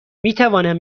میتوانم